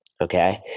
Okay